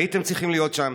הייתם צריכים להיות שם,